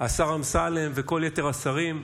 השר אמסלם, וכל יתר השרים,